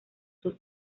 dos